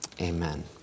Amen